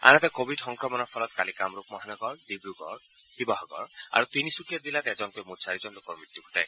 আনহাতে কোৱিড সংক্ৰমণৰ ফলত কালি কামৰূপ মহানগৰ তিনিচুকীয়া শিৱসাগৰ আৰু তিনিচুকীয়া জিলাত এজনকৈ মুঠ চাৰিজন লোকৰ মৃত্যু ঘটে